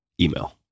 email